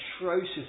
atrocious